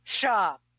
shop